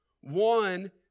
one